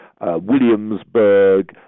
Williamsburg